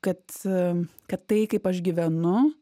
kad kad tai kaip aš gyvenu